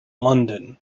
london